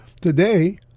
today